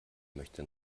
möchte